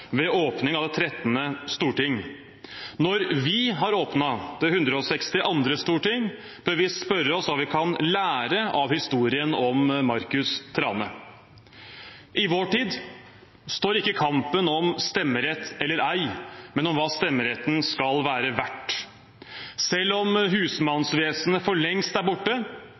ved åpningen av det 13. storting. Når vi har åpnet det 162. storting, bør vi spørre oss hva vi kan lære av historien om Marcus Thrane. I vår tid står ikke kampen om stemmerett eller ei, men om hva stemmeretten skal være verdt. Selv om husmannsvesenet for lengst er borte,